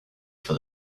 for